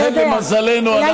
לכן, למזלנו,